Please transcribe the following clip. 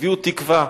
הביאו תקווה.